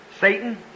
Satan